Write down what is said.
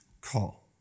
call